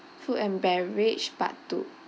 food and beverage part two